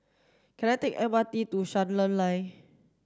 can I take M R T to Charlton Lane